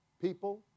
people